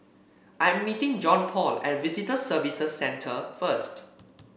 I am meeting Johnpaul at Visitor Services Centre first